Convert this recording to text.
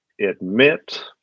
admit